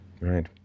Right